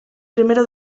primero